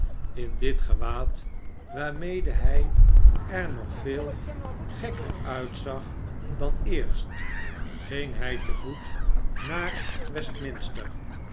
in dit gewaad waarmede hij er nog veel gekker uitzag dan eerst ging hij te voet naar